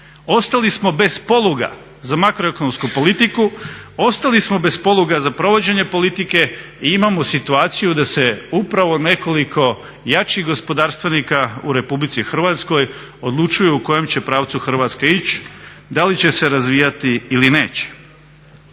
Ostali smo bez poluga za makroekonomsku politiku, ostali smo bez poluga za provođenje politike i imamo situaciju da se upravo nekoliko jačih gospodarstvenika u RH odlučuju u kojem će pravcu Hrvatska ići, da li će se razvijati ili neće.